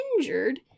injured